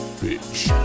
bitch